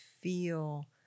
feel